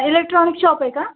electronics shop आहे का